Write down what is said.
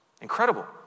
Incredible